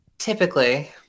typically